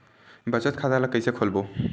बचत खता ल कइसे खोलबों?